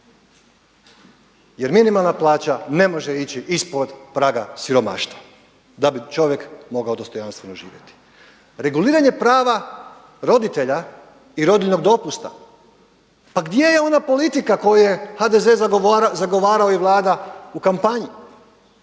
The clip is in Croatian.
Jer minimalna plaća ne može ići ispod praga siromaštva da bi čovjek mogao dostojanstveno živjeti. Reguliranje prava roditelja i rodiljnog dopusta, pa gdje je ona politika koju je HDZ zagovarao i Vlada u kampanji.